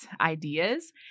ideas